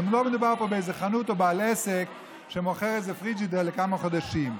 לא מדובר פה באיזו חנות או בבעל עסק שמוכר איזה פריג'ידר לכמה חודשים.